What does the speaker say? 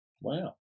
Wow